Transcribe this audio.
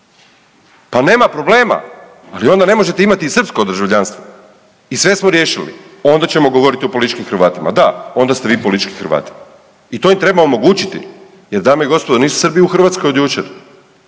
Pa nema problema, ali onda ne možete imati i srpsko državljanstvo i sve smo riješili onda ćemo govoriti o političkim Hrvatima, da onda ste vi politički Hrvati i to im treba omogućiti jer dame i gospodo nisu Srbi u Hrvatskoj od jučer,